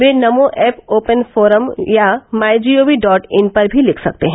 वे Namo app open forum या my G O V dot in पर भी लिख सकते हैं